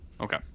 okay